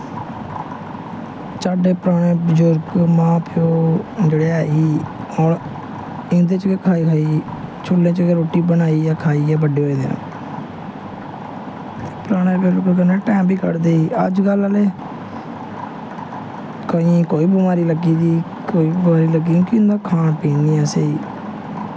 साढ़े पराने बजुर्ग मां प्यो जेह्ड़े ऐहे ओह् इं'दे च गै खाई खाई चूह्ले च गै रुट्टी बनाइयै खाइयै बड्डे होए दे न पुराने बजुर्ग कन्नै टैम बी कढदे हे अजकल आह्ले केइयें गी कोई बमारी लग्गी दी कोई लग्गी दी केह् होंदा खान पीन निं है स्हेई